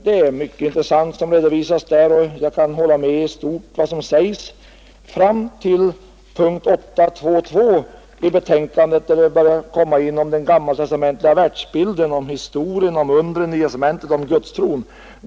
Det är mycket intressanta saker som redovisas där, och jag kan i stort hålla med om vad som sägs fram till punkten 8.2.2 i betänkandet, där man kommer in på den gammaltestamentliga världsbilden om historien, om undren i Nya testamentet, om Gudstron.